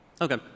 Okay